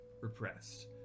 repressed